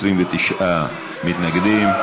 29 מתנגדים.